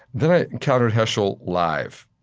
then i encountered heschel live.